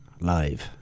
live